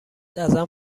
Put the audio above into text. ازم